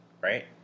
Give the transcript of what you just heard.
right